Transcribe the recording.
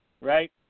right